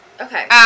Okay